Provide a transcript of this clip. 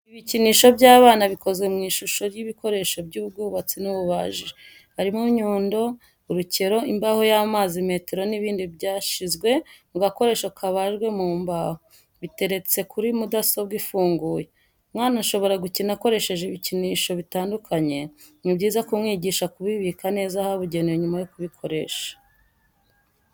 Ibikinisho by'abana bikoze mu ishusho y'ibikoresho by'ubwubatsi n'ububaji, harimo inyundo, urukero, imbaho y'amazi, metero n'ibindi byashyizwe mu gakoresho kabajwe mu mbaho, biteretse kuri mudasobwa ifunguye. Umwana ashobora gukina akoresheje ibikinisho bitandukanye, ni byiza kumwigisha kubibika neza ahabugenewe nyuma yo kubikoresha.